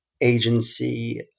agency